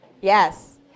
Yes